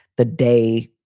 the day,